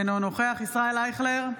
אינו נוכח ישראל אייכלר,